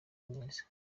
neza